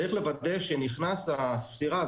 צריך לוודא שנכנסה הספירה,